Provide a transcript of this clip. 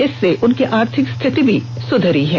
इससे उनकी आर्थिक स्थिति भी सुधरी है